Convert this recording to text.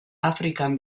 afrikan